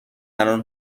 الان